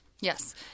Yes